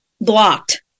blocked